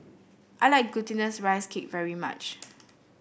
I like Glutinous Rice Cake very much